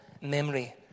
memory